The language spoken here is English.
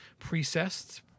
precessed